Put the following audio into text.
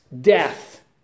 death